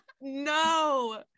no